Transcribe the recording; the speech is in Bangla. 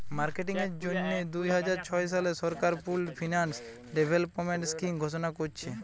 মার্কেটিং এর জন্যে দুইহাজার ছয় সালে সরকার পুল্ড ফিন্যান্স ডেভেলপমেন্ট স্কিং ঘোষণা কোরেছে